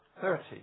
Thirty